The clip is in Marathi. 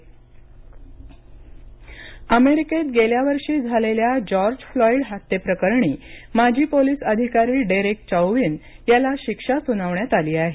फ्लॉइड न्याय अमेरिकेत गेल्या वर्षी झालेल्या जॉर्ज फ्लॉइड याच्या हत्ये प्रकरणी माजी पोलिस अधिकारी डेरेक चाउविन याला शिक्षा सुनावण्यात आली आहे